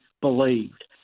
believed